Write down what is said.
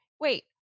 wait